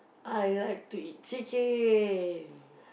I like to eat chicken